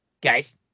guys